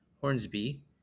Hornsby